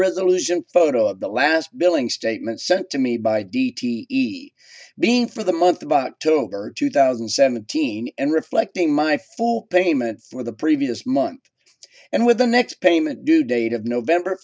resolution photo of the last billing statement sent to me by d t e being for the month of october two thousand and seventeen and reflecting my full payment for the previous month and with the next payment due date of november